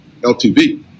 LTV